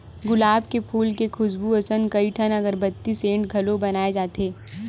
गुलाब के फूल के खुसबू असन कइठन अगरबत्ती, सेंट घलो बनाए जाथे